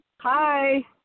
Hi